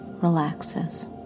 relaxes